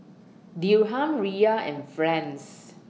Dirham Riyal and France